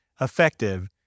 effective